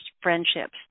friendships